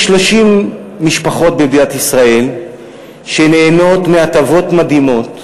יש 30 משפחות במדינת ישראל שנהנות מהטבות מדהימות,